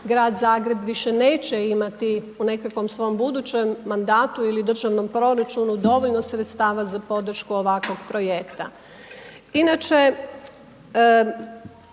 Grad Zagreb više neće imati u nekakvom svom budućem mandatu ili državnom proračunu dovoljno sredstava za podršku ovakvog projekta. Inače,